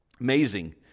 Amazing